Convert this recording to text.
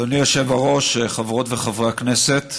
אדוני היושב-ראש, חברות וחברי הכנסת,